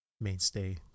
Mainstay